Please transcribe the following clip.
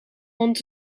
rond